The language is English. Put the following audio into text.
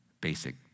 basic